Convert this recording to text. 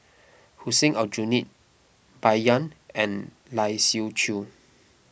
Hussein Aljunied Bai Yan and Lai Siu Chiu